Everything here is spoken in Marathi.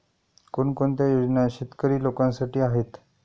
कोणकोणत्या योजना शेतकरी लोकांसाठी आहेत?